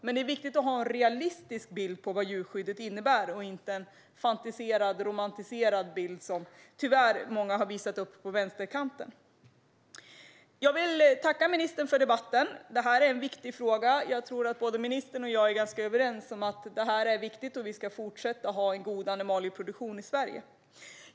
Det är dock viktigt att ha en realistisk bild av vad djurskyddet innebär, inte den romantiserade fantasibild som många på vänsterkanten tyvärr har visat upp. Jag tackar ministern för debatten. Det är en viktig fråga, och jag tror att ministern och jag är överens om att vi ska fortsätta att ha en god animalieproduktion i Sverige.